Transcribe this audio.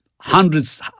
hundreds